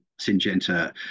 Syngenta